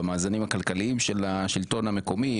במאזנים הכלכליים של השלטון המקומי,